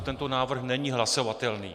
Tento návrh není hlasovatelný.